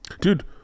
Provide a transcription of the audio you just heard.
Dude